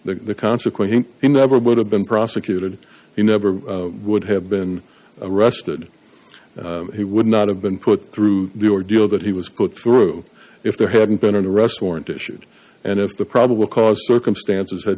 the consequent he never would have been prosecuted he never would have been arrested he would not have been put through the ordeal that he was caught through if there hadn't been an arrest warrant issued and if the probable cause circumstances had